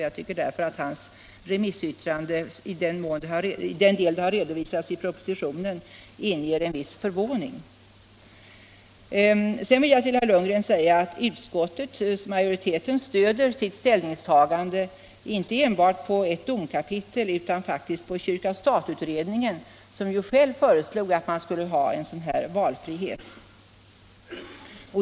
Jag tycker därför att hans remissyttrande i den del det har redovisats i propositionen inger en viss förvåning. Sedan vill jag till herr Lundgren säga att utskottsmajoriteten stöder sitt ställningstagande inte enbart på ett domkapitel utan på kyrka-statutredningen, som ju själv föreslog att man skulle ha en sådan här valfrihet.